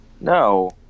No